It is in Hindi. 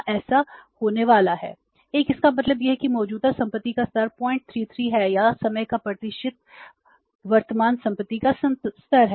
1 इसका मतलब यह है कि यह मौजूदा संपत्ति का स्तर 033 है या समय का प्रतिशत वर्तमान संपत्ति का स्तर है